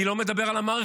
אני לא מדבר על המערכת,